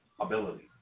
ability